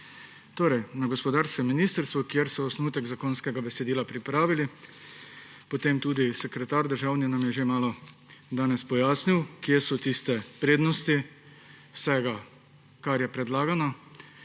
trge. Na gospodarskem ministrstvu, kjer so osnutek zakonskega besedila pripravili, tudi državni sekretar nam je že malo danes pojasnil, kje so tiste prednosti vsega, kar je predlagano.